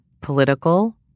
Political